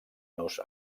nos